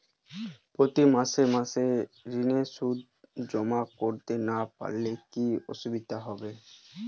প্রতি মাসে মাসে ঋণের সুদ জমা করতে না পারলে কি অসুবিধা হতে পারে?